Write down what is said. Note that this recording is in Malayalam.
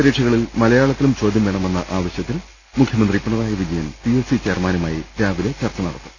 പരീക്ഷകളിൽ മലയാളത്തിലും ചോദൃം വേണമെന്ന ആവശ്യത്തിൽ മുഖ്യമന്ത്രി പിണറായി വിജയൻ ചെയർമാനുമായി രാവിലെ ചർച്ച നടത്തും